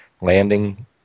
landing